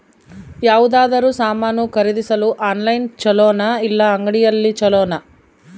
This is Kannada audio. ಯಾವುದಾದರೂ ಸಾಮಾನು ಖರೇದಿಸಲು ಆನ್ಲೈನ್ ಛೊಲೊನಾ ಇಲ್ಲ ಅಂಗಡಿಯಲ್ಲಿ ಛೊಲೊನಾ?